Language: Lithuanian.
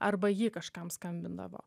arba ji kažkam skambindavo